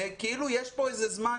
וכאילו יש פה איזה זמן.